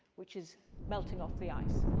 which is melting off the ice.